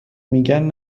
میگن